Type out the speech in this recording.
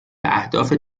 اهداف